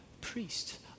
priest